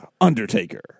Undertaker